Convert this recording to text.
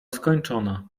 skończona